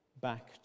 back